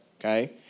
Okay